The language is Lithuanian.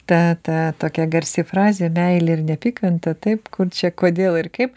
ta ta tokia garsi frazė meilė ir neapykanta taip kur čia kodėl ir kaip